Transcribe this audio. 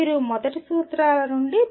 మీరు మొదటి సూత్రాల నుండి పని చేయాలి